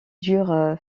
durent